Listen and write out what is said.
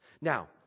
Now